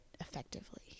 effectively